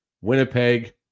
Winnipeg